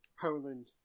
Poland